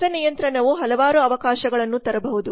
ಹೊಸ ನಿಯಂತ್ರಣವು ಹಲವಾರು ಅವಕಾಶಗಳನ್ನು ತರಬಹುದು